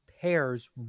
pairs